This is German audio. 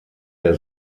der